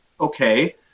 okay